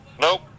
Nope